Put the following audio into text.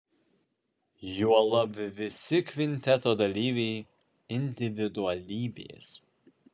juolab visi kvinteto dalyviai individualybės